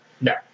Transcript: No